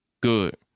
Good